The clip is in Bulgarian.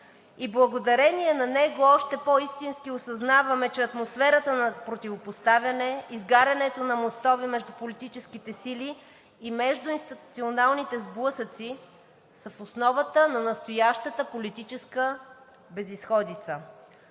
и благодарение на него още по-истински осъзнаваме, че атмосферата на противопоставяне, изгарянето на мостове между политическите сили и междуинституционалните сблъсъци са в основата на настоящата политическа безизходица.